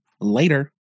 Later